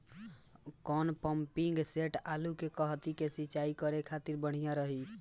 कौन pumping set आलू के कहती मे सिचाई करे खातिर बढ़िया रही?